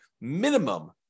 minimum